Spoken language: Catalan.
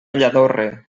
lladorre